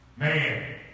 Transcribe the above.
Man